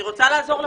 אני רוצה לעזור לך.